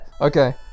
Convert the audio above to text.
okay